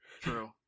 True